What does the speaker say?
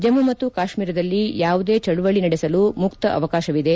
ಜಮ್ಮು ಮತ್ತು ಕಾಶ್ಮೀರದಲ್ಲಿ ಯಾವುದೇ ಚಳುವಳಿ ನಡೆಸಲು ಮುಕ್ತ ಅವಕಾಶವಿದೆ